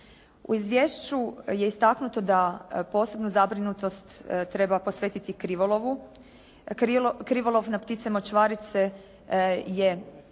U izvješću je istaknuto da posebnu zabrinutost treba posvetiti krivolovu. Krivolov na ptice močvarice je